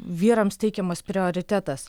vyrams teikiamas prioritetas